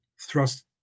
thrust